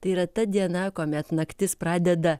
tai yra ta diena kuomet naktis pradeda